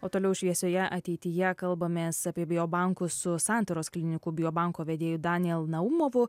o toliau šviesioje ateityje kalbamės apie biobankus su santaros klinikų biobanko vedėju daniel naumovu